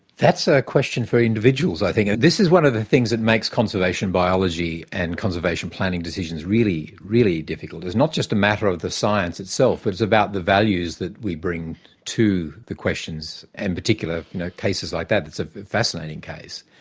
that's a question for individuals, i think. this is one of the things that makes conservation biology and conservation planning decisions really, really difficult. it's not just a matter of the science itself, it's about the values that we bring to the questions, and particular cases like that. that's a fascinating case.